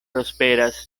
prosperas